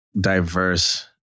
diverse